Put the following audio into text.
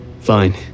Fine